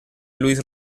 luis